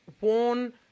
worn